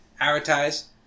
advertise